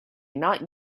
not